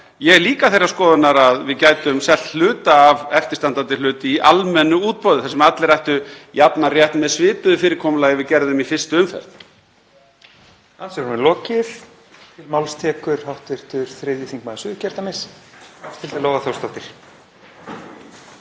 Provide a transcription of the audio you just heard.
Ég er líka þeirrar skoðunar að við gætum selt hluta af eftirstandandi hlut í almennu útboði þar sem allir ættu jafnan rétt með svipuðu fyrirkomulagi og við gerðum í fyrstu umferð.